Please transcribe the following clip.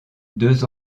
deux